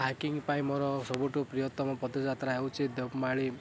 hiking ପାଇଁ ମୋର ସବୁଠୁ ପ୍ରିୟତମ ପଦଯାତ୍ରା ହେଉଛି ଦେଓମାଳି